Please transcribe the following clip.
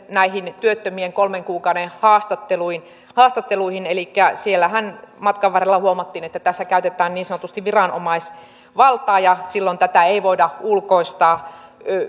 näihin työttömien kolmen kuukauden haastatteluihin haastatteluihin elikkä siellä matkan varrellahan huomattiin että tässä käytetään niin sanotusti viranomaisvaltaa ja silloin tätä ei voida ulkoistaa